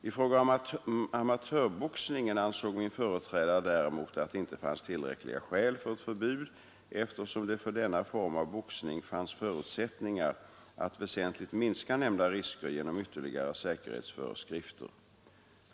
I fråga om amatörboxningen ansåg min företrädare däremot att det inte fanns tillräckliga skäl för ett förbud eftersom det för denna form av boxning fanns förutsättningar att väsentligt minska nämnda risker genom ytterligare säkerhetsföreskrifter.